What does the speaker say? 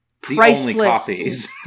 priceless